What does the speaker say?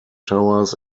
towers